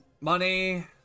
Money